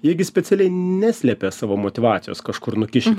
jie gi specialiai neslepia savo motyvacijos kažkur nukišę